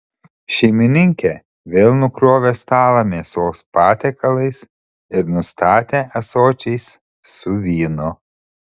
šeimininkė vėl nukrovė stalą mėsos patiekalais ir nustatė ąsočiais su vynu